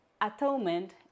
atonement